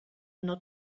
not